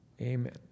Amen